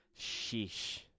Sheesh